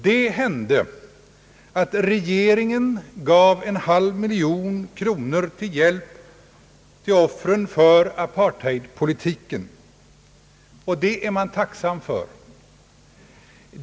Det hände dock att regeringen gav en halv miljon kronor som hjälp till offren för apartheidpolitiken, och det är man tacksam för.